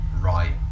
right